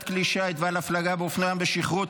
כלי שיט ועל הפלגה באופנוע ים בשכרות),